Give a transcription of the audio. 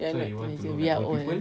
we are not teenagers we are old